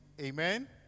Amen